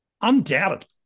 Undoubtedly